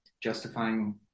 justifying